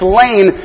lane